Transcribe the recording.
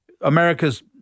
America's